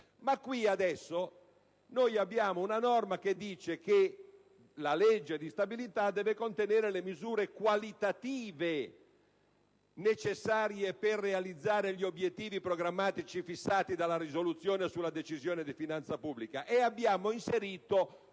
di forma, essere accettato. La norma, però, dice che la legge di stabilità deve contenere le misure qualitative necessarie per realizzare gli obiettivi programmatici fissati dalla risoluzione sulla Decisione di finanza pubblica; e noi abbiamo inserito